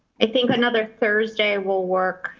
i think another thursday will work.